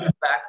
back